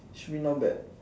should be not bad